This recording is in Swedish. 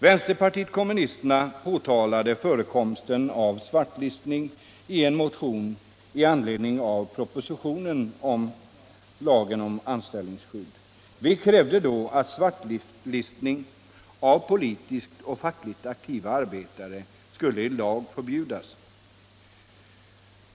Vänsterpartiet kommunisterna påtalade förekomsten av svartlistning i en motion med anledning av propositionen om lagen om anställningsskydd. Vi krävde då att svartlistning av politiskt och fackligt aktiva arbetare skulle i lag förbjudas.